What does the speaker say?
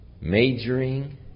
majoring